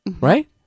Right